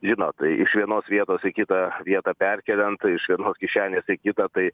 žinot tai iš vienos vietos į kitą vietą perkeliant iš vienos kišenės į kitą tai